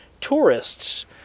Tourists